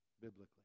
biblically